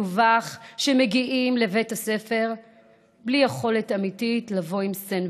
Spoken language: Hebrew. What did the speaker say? דווח שמגיעים לבית הספר בלי יכולת אמיתית לבוא עם סנדוויץ'.